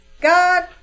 God